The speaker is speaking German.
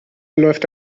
läuft